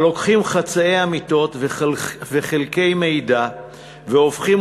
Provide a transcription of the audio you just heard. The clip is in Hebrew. הלוקחים חצאי אמיתות וחלקי מידע והופכים